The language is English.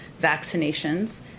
vaccinations